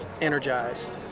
energized